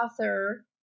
author